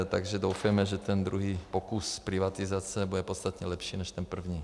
Takže doufejme, že druhý pokus privatizace bude podstatně lepší než ten první.